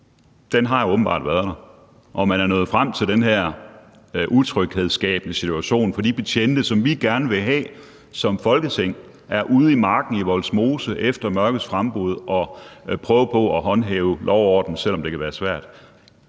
Den har åbenbart været der. Og man er nået frem til den her utryghedsskabende situation for de betjente, som vi som Folketing gerne vil have er ude i marken i Vollsmose efter mørkets frembrud og prøver på at håndhæve lov og orden, selv om det er svært.